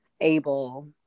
able